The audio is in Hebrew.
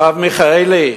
הרב מיכאלי,